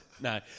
No